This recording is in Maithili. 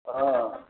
हॅं